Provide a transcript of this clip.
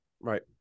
Right